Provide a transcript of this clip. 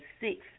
six